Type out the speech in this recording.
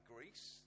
Greece